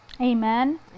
Amen